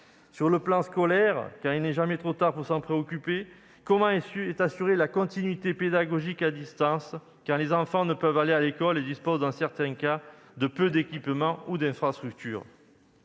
Sur le plan scolaire- il n'est jamais trop tard pour s'en préoccuper -, comment la continuité pédagogique à distance est-elle assurée, sachant que les enfants ne peuvent aller à l'école et disposent dans certains cas de peu d'équipements ou d'infrastructures ?